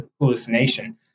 hallucination